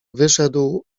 wyszedł